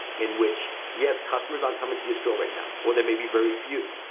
in which, yes, customers are coming to your store right now, or they may be very few.